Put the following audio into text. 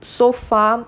so far